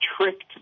Tricked